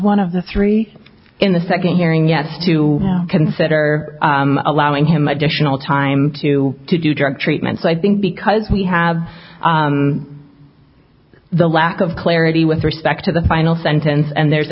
one of the three in the second hearing yes to consider allowing him additional time to do drug treatment so i think because we have the lack of clarity with respect to the final sentence and there's